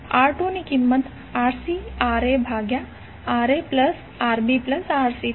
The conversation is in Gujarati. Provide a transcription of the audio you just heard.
R2 ની કિંમત RcRa ભગ્યા RaRbRc થશે